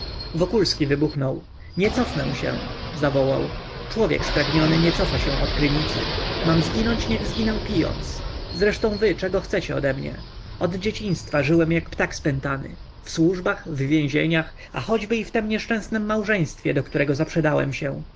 rozumu wokulski wybuchnął nie cofnę się zawołał człowiek spragniony nie cofa się od krynicy mam zginąć niech zginę pijąc czego wy zresztą chcecie odemnie od dzieciństwa żyłem jak ptak spętany w służbach w więzieniach a choćby i w tem nieszczęsnem małżeństwie do którego zaprzedałem się